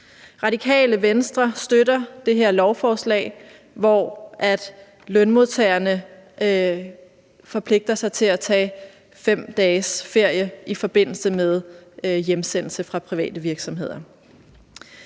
Radikale Venstre støtter det her lovforslag, hvor lønmodtagerne forpligter sig til at tage 5 dages ferie i forbindelse med hjemsendelse fra private virksomheder.